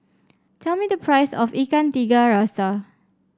tell me the price of Ikan Tiga Rasa